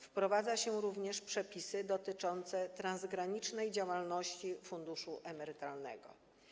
Wprowadza również przepisy dotyczące transgranicznej działalności funduszu emerytalnego.